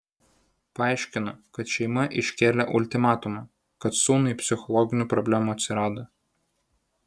paaiškino kad šeima iškėlė ultimatumą kad sūnui psichologinių problemų atsirado